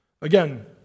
Again